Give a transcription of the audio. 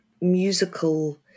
musical